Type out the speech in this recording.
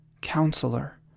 counselor